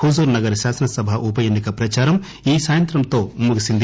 హుజూర్ నగర్ శాసనసభ ఉపఎన్ని కకు ప్రదార గడువు ఈ సాయంత్రంతో ముగిసింది